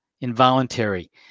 involuntary